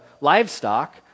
livestock